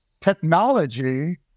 technology